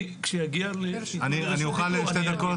אני אוכל שתי דקות?